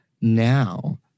now